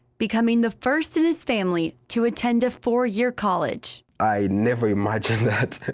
becoming the first in this family to attend a four-year college. i never imagined that.